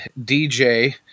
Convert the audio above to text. DJ